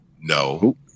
No